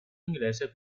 inglese